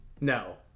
No